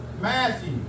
Matthew